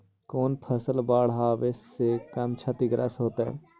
कौन फसल बाढ़ आवे से कम छतिग्रस्त होतइ?